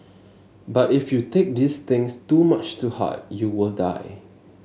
but if you take these things too much to heart you will die